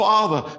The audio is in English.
Father